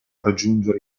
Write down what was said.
raggiungere